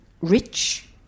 rich